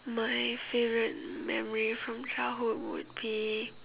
my favourite memory from childhood would be